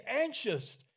anxious